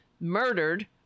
murdered